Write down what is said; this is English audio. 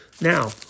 Now